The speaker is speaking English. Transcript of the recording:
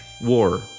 war